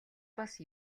бас